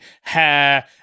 Hair